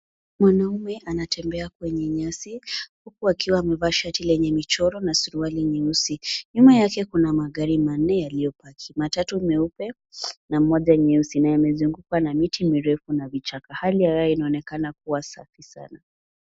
Mwanamume anatembea kwenye nyasi huku akiwa amevaa shati yenye michoro na suruali nyeusi. Nyuma yake kuna magari manne yaliyopaki. Matatu meupe na moja nyeusi na yamezungukwa na miti mirefu na vichaka. Hali ya hewa inaonekana kuwa safi sana.